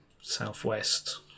southwest